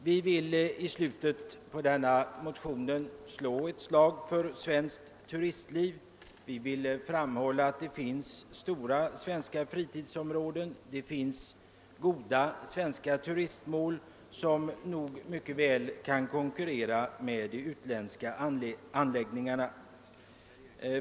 Vi säger i slutet av motionerna att vi vill slå ett slag för svenskt turistliv. Det finns i Sverige stora fritidsområden och goda turistmål, som mycket väl kan konkurrera med de utländska anläggningarna.